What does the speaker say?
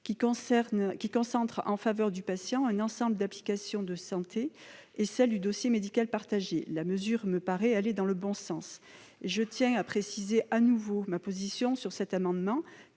qui concentre en faveur du patient un ensemble d'applications de santé, et celle du dossier médical partagé. La mesure me paraît aller dans le bon sens. Ma position sur cet amendement